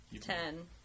Ten